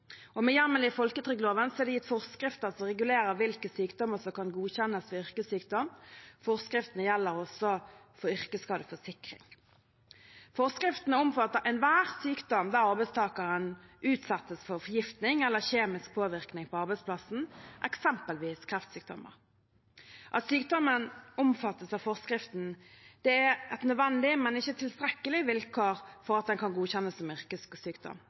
Med hjemmel i folketrygdloven er det gitt forskrifter som regulerer hvilke sykdommer som kan godkjennes som yrkessykdom. Forskriftene gjelder også for yrkesskadeforsikring. Forskriftene omfatter enhver sykdom der arbeidstakeren utsettes for forgiftning eller kjemisk påvirkning på arbeidsplassen, eksempelvis kreftsykdommer. At sykdommen omfattes av forskriften, er et nødvendig, men ikke tilstrekkelig vilkår for at den kan godkjennes som